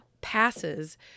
passes